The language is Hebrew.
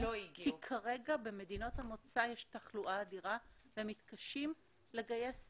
כי כרגע במדינות המוצא יש תחלואה אדירה והם מתקשים לגייס עובדים.